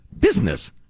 business